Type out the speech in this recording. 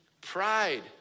Pride